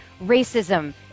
racism